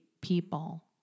people